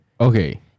okay